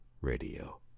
Radio